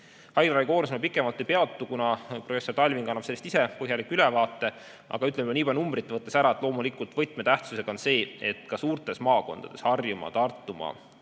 Haiglaravi koormusel ma pikemalt ei peatu, kuna professor Talving annab sellest põhjaliku ülevaate. Aga ütlen nii palju numbrite mõttes ära, et loomulikult võtmetähtsusega on see, et ka suurtes maakondades – Harjumaa, Tartumaa,